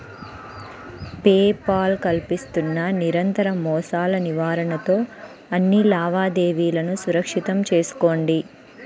pay Paul కల్పిస్తున్న నిరంతర మోసాల నివారణతో అన్ని లావాదేవీలను సురక్షితం చేసుకోండి